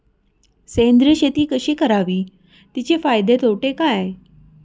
सेंद्रिय शेती कशी करावी? तिचे फायदे तोटे काय?